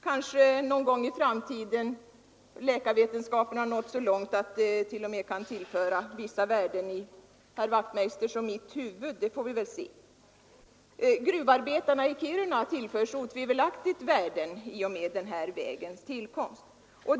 Kanske någon gång i framtiden läkarvetenskapen nått så långt att den t.o.m. kan tillföra herr Wachtmeisters och mitt huvud vissa värden, det får vi väl se. Gruvarbetarna i Kiruna tillförs otvivelaktigt värden i och med denna vägs tillkomst.